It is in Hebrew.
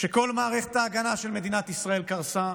כשכל מערכת ההגנה של מדינת ישראל קרסה,